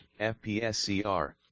FPSCR